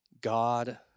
God